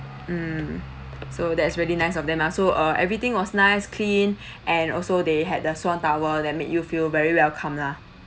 mm so that's really nice of them lah so uh everything was nice clean and also they had the swan towel that make you feel very welcome lah